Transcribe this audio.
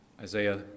Isaiah